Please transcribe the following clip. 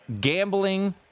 gambling